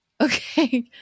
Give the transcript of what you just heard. Okay